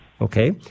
Okay